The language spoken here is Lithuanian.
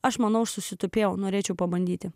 aš manau susitupėjau norėčiau pabandyti